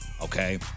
Okay